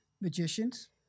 magicians